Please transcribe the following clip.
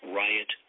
riot